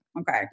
Okay